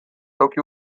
toki